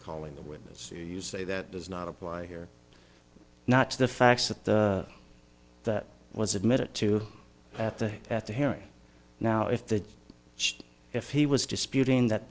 calling the witness you say that does not apply here not to the facts that the that was admitted to at the at the hearing now if the if he was disputing that